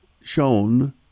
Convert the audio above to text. shown